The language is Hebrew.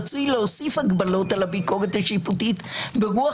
רצוי להוסיף הגבלות על הביקורת השיפוטית ברוח